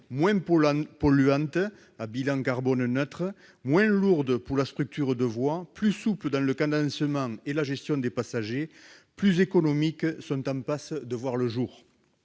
moins polluantes- leur bilan carbone est neutre -, moins lourdes pour la structure de voie, plus souples dans le cadencement et la gestion des passagers et plus économiques sont en passe de voir le jour.